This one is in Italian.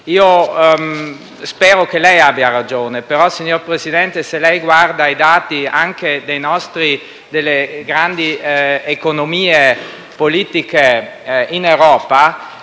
Spero che lei abbia ragione, però, signor Presidente, se lei guarda i dati delle grandi economie politiche in Europa,